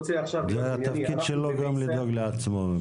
התפקיד שלו הוא גם לדאוג לעצמו.